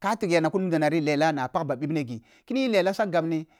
ka tigya ni kuni mudo nari lela na pag ɓa bibne ghi keni yi lela sa gabni.